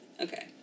Okay